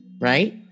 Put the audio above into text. right